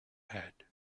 head